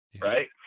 right